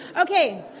Okay